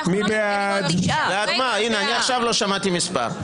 לא שמעתי עכשיו מספר.